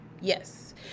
Yes